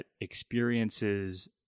experiences